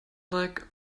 lack